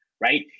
right